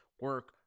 Work